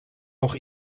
auch